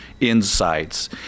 insights